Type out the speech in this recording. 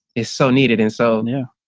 is so needed and so yeah,